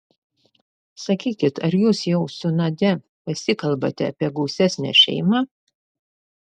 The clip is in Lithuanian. sakykit ar jūs jau su nadia pasikalbate apie gausesnę šeimą